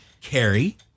Carrie